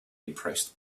impressed